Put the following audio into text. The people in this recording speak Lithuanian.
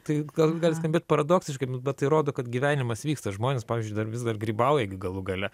tai gal gali skambėti paradoksiškai bet tai rodo kad gyvenimas vyksta žmonės pavyzdžiui dar vis dar grybauja gi galų gale